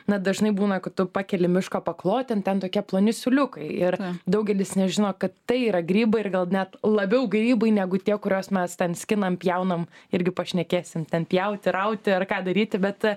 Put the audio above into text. na dažnai būna kad tu pakeli miško paklotę ten tokie ploni siūliukai ir daugelis nežino kad tai yra grybai ir gal net labiau grybai negu tie kuriuos mes ten skinam pjaunam irgi pašnekėsim ten pjauti rauti ar ką daryti bet